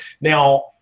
Now